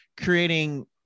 creating